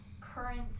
current